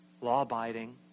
law-abiding